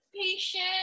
patient